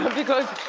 because,